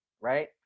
right